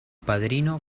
padrino